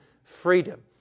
Freedom